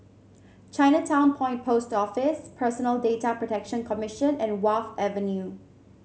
Chinatown Point Post Office Personal Data Protection Commission and Wharf Avenue